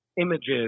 images